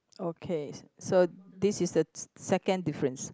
okay so this is the s~ second difference